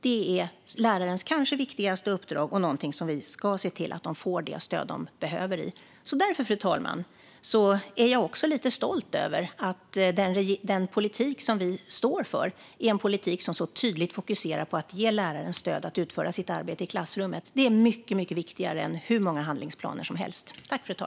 Det är lärarnas kanske viktigaste uppdrag, och vi ska se till att de får det stöd de behöver. Därför, fru talman, är jag också lite stolt över att den politik som vi står för är en politik som så tydligt fokuserar på att ge läraren stöd att utföra sitt arbete i klassrummet. Det är mycket, mycket viktigare än hur många handlingsplaner som helst.